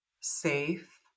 safe